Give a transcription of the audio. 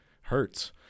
Hurts